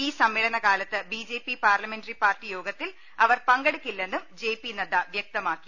ഈ സമ്മേളന കാലത്ത് B J P parliamentary party യോഗത്തിൽ അവർ പങ്കെടുക്കില്ലെന്നും ജെ പി നദ്ദ വൃക്തമാ ക്കി